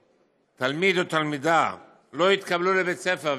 שתלמיד או תלמידה לא יתקבלו לבית ספר,